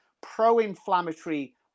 pro-inflammatory